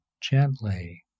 gently